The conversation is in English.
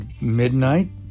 midnight